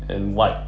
and white